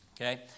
Okay